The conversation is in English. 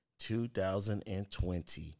2020